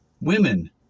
Women